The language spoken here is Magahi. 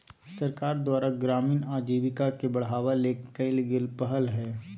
सरकार द्वारा ग्रामीण आजीविका के बढ़ावा ले कइल गेल पहल हइ